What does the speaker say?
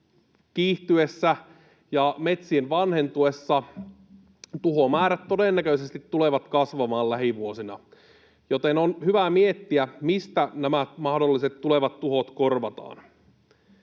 kiihtyessä ja metsien vanhentuessa tuhomäärät todennäköisesti tulevat kasvamaan lähivuosina, joten on hyvä miettiä, mistä nämä mahdolliset tulevat tuhot korvataan.